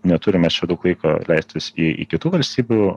neturim mes čia daug laiko leistis į į kitų valstybių